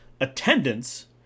attendance